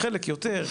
חלק יותר,